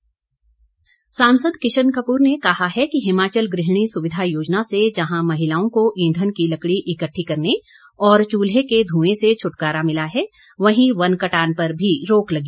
किशन कपूर सांसद किशन कपूर ने कहा है कि हिमाचल गृहिणी सुविधा योजना से जहां महिलाओं को ईंधन की लकड़ी इकट्ठी करने और चुल्हे के ध्एं से छटकारा मिला है वहीं वन कटान पर भी रोक लगी